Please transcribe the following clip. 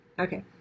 Okay